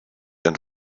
and